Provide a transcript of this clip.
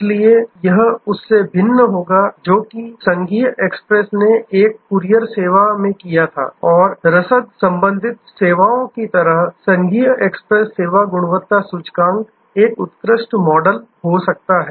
इसलिए यह उससे भिन्न होगा जो कि संघीय एक्सप्रेस ने एक कूरियर सेवा में ऐसा किया था और रसद संबंधित सेवाओं की तरह संघीय एक्सप्रेस सेवा गुणवत्ता सूचकांक एक उत्कृष्ट मॉडल हो सकता है